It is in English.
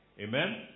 Amen